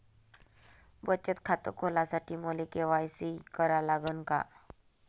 बचत खात खोलासाठी मले के.वाय.सी करा लागन का?